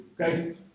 okay